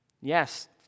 Yes